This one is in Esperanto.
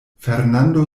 fernando